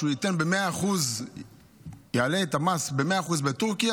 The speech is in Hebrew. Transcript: שהוא יעלה את המס ב-100% בטורקיה,